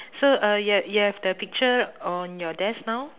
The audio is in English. so uh you ha~ you have the picture on your desk now